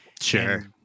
Sure